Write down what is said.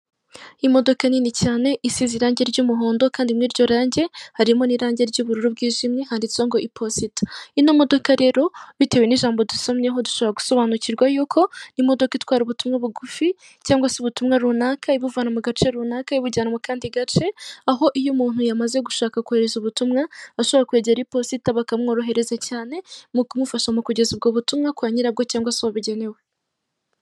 imodoka nini cyane isize irangi ry'umuhondo kandi muri iryo rangi harimo irangi ry'ubururu bwijimye ryanditseho ngo iposita. ino modoka rerp bitewe nijambo dusomyeho dushobora gusobanukirwa yuko imodoka itwara ubutumwa bugufi cyangwa ubutumwa runaka ibuvana mu gace runaka ibijyana mukandi gace aho iyo umuntu yamaze gushaka kohereza ubutumwa akegera iposita bakamworohereza cyane mu kumufasha kohereza ubutumwa kuri nyirabwo cyangwa se uwo bugenewe.